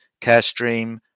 CareStream